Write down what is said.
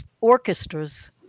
orchestras